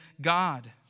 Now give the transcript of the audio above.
God